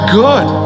good